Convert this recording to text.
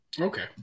Okay